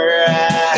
right